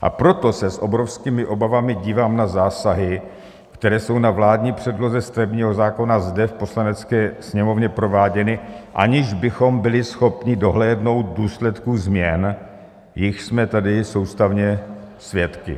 A proto se s obrovskými obavami dívám na zásahy, které jsou na vládní předloze stavebního zákona zde v Poslanecké sněmovně prováděny, aniž bychom byli schopni dohlédnout důsledky změn, jichž jsme tady soustavně svědky.